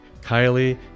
Kylie